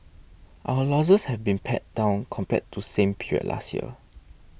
our losses have been pared down compared to same period last year